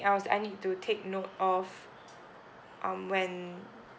else that I needed to take note of um when